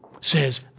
says